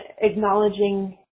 acknowledging